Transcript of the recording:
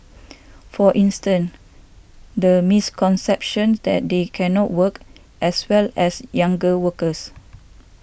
for instance the misconception that they cannot work as well as younger workers